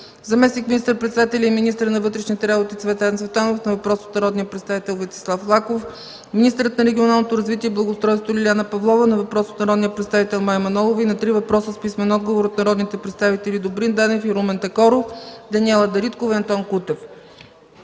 заместник министър-председателят и министър на вътрешните работи Цветан Цветанов – на въпрос от народния представител Венцислав Лаков; - министърът на регионалното развитие и благоустройството Лиляна Павлова – на въпрос от народния представител Мая Манолова и на три въпроса с писмен отговор от народните представители Добрин Данев и Румен Такоров, Даниела Дариткова и Антон Кутев;